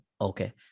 Okay